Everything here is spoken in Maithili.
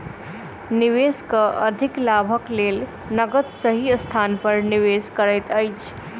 निवेशक अधिक लाभक लेल नकद सही स्थान पर निवेश करैत अछि